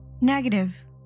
Negative